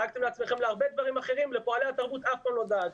דאגתם לעצמכם להרבה דברים אחרים אבל לפועלי התרבות אף פעם לא דאגתם.